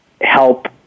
help